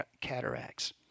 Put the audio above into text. cataracts